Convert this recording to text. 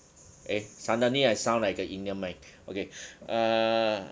eh suddenly I sound like a indian man okay err